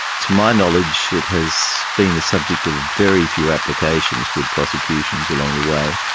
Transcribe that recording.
to my knowledge it has been the subject of very few applications with prosecutions along the way,